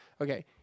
okay